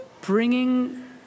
bringing